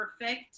perfect